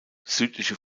südliche